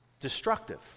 destructive